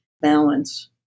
balance